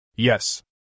Yes